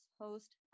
host